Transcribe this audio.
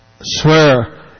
swear